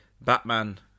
Batman